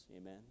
Amen